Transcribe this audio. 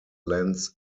lens